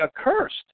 accursed